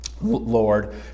Lord